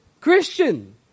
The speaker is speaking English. Christian